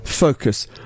Focus